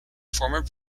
former